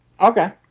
Okay